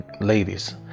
ladies